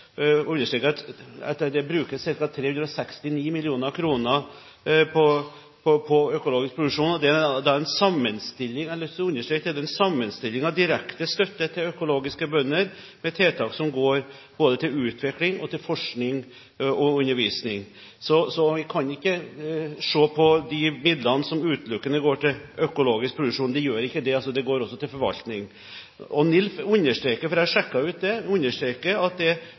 det at det brukes ca. 369 mill. kr på økologisk produksjon. Det er en sammenstilling – jeg har lyst til å understreke det – av direkte støtte til økologiske bønder, med tiltak som går både til utvikling og til forskning og undervisning. Så man kan ikke se på de midlene som at de utelukkende går til økologisk produksjon – de gjør ikke det, de går også til forvaltning. NILF understreker – jeg sjekket ut det – at det